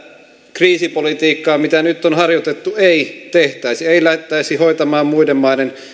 kriisipolitiikkaa mitä nyt on harjoitettu ei tehtäisi ei lähdettäisi hoitamaan muiden maiden